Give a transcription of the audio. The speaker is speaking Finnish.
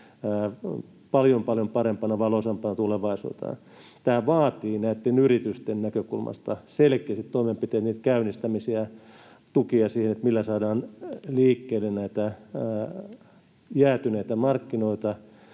paljon parempana, valoisampana tulevaisuutena. Tämä vaatii näitten yritysten näkökulmasta selkeästi toimenpiteiden käynnistämisiä, tukia siihen, millä saadaan liikkeelle näitä jäätyneitä markkinoita.